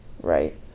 Right